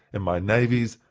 in my navies,